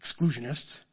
exclusionists